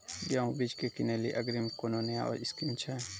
गेहूँ बीज की किनैली अग्रिम कोनो नया स्कीम छ?